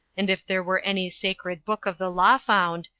and if there were any sacred book of the law found,